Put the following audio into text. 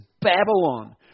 Babylon